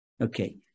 Okay